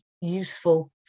useful